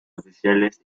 oficiales